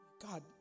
God